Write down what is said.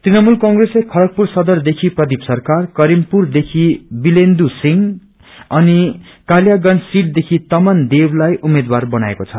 तुणमूल कप्रेसले खड्रगपुर सदरदेखि प्रदीप सरकार करीमपुरदेखि विमलेन्दू सिंह राय अनि कालियागंज सिट देखि तमन देवलाई उम्मेद्वार बनाएको छ